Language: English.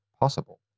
possible